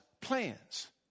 plans